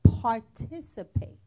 participate